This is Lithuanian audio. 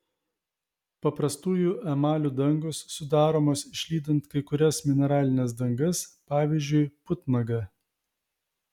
paprastųjų emalių dangos sudaromos išlydant kai kurias mineralines dangas pavyzdžiui putnagą